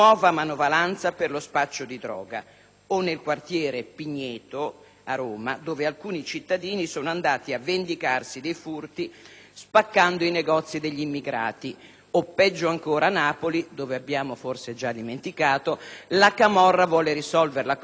o nel quartiere Pigneto, a Roma, dove alcuni cittadini sono andati a vendicarsi dei furti spaccando i negozi degli immigrati; o - peggio ancora - a Napoli, dove (lo abbiamo forse già dimenticato) la camorra vuole risolvere la questione rom lanciando le molotov.